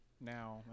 now